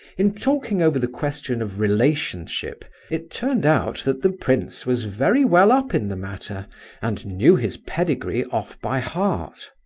in talking over the question of relationship it turned out that the prince was very well up in the matter and knew his pedigree off by heart.